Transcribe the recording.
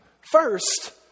first